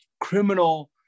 criminal